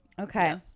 okay